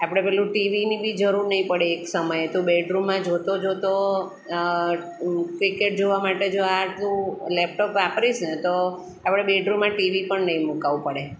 આપણે પેલું ટીવીની બી જરૂર નહીં પડે એક સમયે તું બેડરૂમમાં જોતો જોતો ક્રિકેટ જોવા માટે જો આ તું લેપટોપ વાપરીશ ને તો આપણે બેડરૂમમાં ટીવી પણ નહીં મૂકાવવું પડે